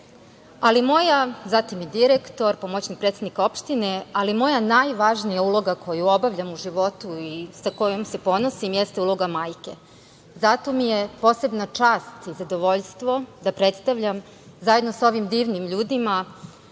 u Boru, zatim i direktor, pomoćnik predsednika opštine, ali moja najvažnija uloga koju obavljam u životu i sa kojom se ponosim jeste uloga majke. Zato mi je posebna čast i zadovoljstvo da predstavljam zajedno sa ovim divnim ljudima